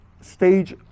stage